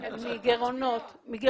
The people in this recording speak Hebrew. מגירעונות.